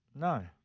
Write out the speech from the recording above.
No